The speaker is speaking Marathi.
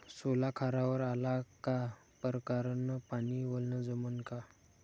सोला खारावर आला का परकारं न पानी वलनं जमन का?